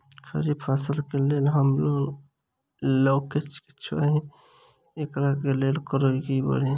खरीफ फसल केँ लेल हम लोन लैके चाहै छी एकरा लेल की करबै?